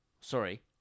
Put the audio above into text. sorry